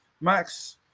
Max